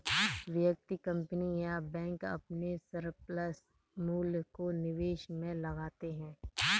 व्यक्ति, कंपनी या बैंक अपने सरप्लस मूल्य को निवेश में लगाते हैं